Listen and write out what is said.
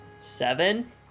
Seven